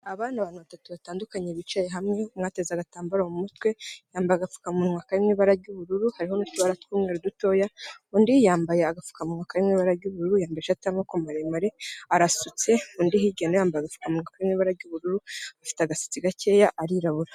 Abandi bantu batatu batandukanye bicaye hamwe. Umwe ateze agatambaro mu mutwe, yambaye agapfukamunwa karimw’ibara ry'ubururu harimo n'utubara tw'umweru dutoya. Undi yambaye agapfukamunwa karimw’ibara ry'ubururu, yambaye ishati y’amaboko maremare arasutse, undi hirya nawe yambaye agapfukamunwa karimw’ibara ry'ubururu, afite agasatsi gakeya, arirabura.